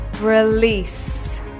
Release